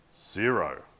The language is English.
Zero